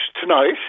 tonight